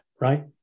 right